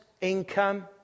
income